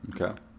Okay